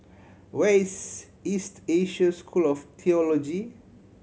where is East Asia School of Theology